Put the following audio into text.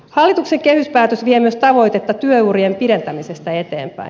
hallituksen kehyspäätös vie myös tavoitetta työurien pidentämisestä eteenpäin